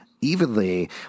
evenly